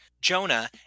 Jonah